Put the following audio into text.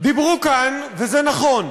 דיברו כאן, וזה נכון,